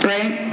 Right